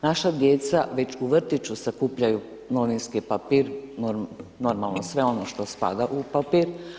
Naša djeca već u vrtiću sakupljaju novinski papir, normalno sve ono što spada u papir.